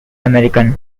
american